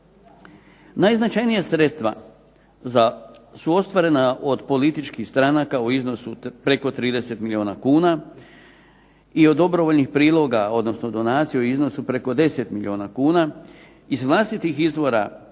Najznačajnija sredstva su ostvarena od političkih stranaka u iznosu od preko 30 milijuna kuna, i od dobrovoljnih priloga odnosno donacija u iznosu preko 10 milijuna kuna, iz vlastitih izvora